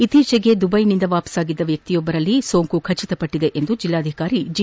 ಇತ್ತೀಚೆಗೆ ದುಬೈನಿಂದ ಒಂತಿರುಗಿದ್ದ ವ್ಯಕ್ತಿಯೊಬ್ಬರಲ್ಲಿ ಸೋಂಕು ಖಚಿತಪಟ್ಟಿದೆ ಎಂದು ಜಿಲ್ಲಾಧಿಕಾರಿ ಜಿ